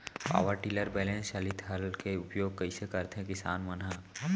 Power tiller balance चालित हल के उपयोग कइसे करथें किसान मन ह?